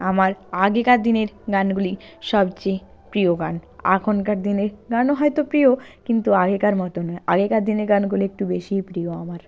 আমার আগেকার দিনের গানগুলি সবচেয়ে প্রিয় গান আখনকার দিনের গানও হয়তো প্রিয় কিন্তু আগেকার মতো নয় আগেকার দিনের গানগুলি একটু বেশিই প্রিয় আমার